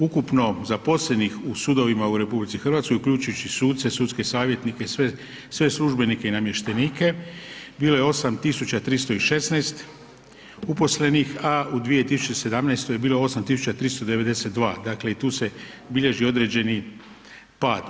Ukupno zaposlenih u sudovima u RH uključujući suce, sudske savjetnike, sve službenike i namještenike bilo je 8316 uposlenih a u 2017. 8392, dakle i tu se bilježi određeni pad.